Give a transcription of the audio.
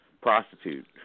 prostitute